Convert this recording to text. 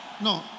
no